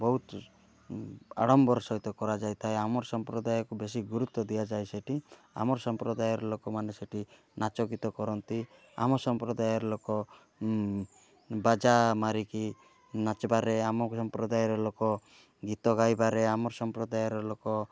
ବହୁତୁ ଆଡ଼ମ୍ବର ସହିତ କରାଯାଇଥାଏ ଆମର ସମ୍ପ୍ରଦାୟକୁ ବେଶୀ ଗୁରୁତ୍ୱ ଦିଆଯାଏ ସେଠି ଆମର ସମ୍ପ୍ରଦାୟର ଲୋକମାନେ ସେଠି ନାଚ ଗୀତ କରନ୍ତି ଆମ ସମ୍ପ୍ରଦାୟର ଲୋକ ବାଜା ମାରିକି ନାଚିବାରେ ଆମ ସମ୍ପ୍ରଦାୟର ଲୋକ ଗୀତ ଗାଇବାରେ ଆମର ସମ୍ପ୍ରଦାୟର ଲୋକ